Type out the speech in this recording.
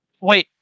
Wait